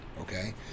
okay